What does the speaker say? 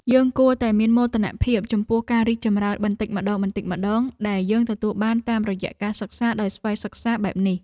យើងគួរតែមានមោទនភាពចំពោះការរីកចម្រើនបន្តិចម្តងៗដែលយើងទទួលបានតាមរយៈការសិក្សាដោយស្វ័យសិក្សាបែបនេះ។